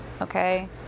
okay